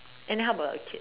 and how about a kid